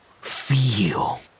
feel